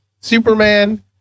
Superman